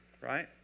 right